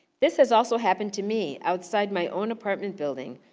this has also happened to me outside my own apartment building.